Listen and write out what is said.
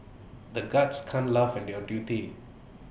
the guards can't laugh when they are duty